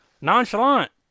nonchalant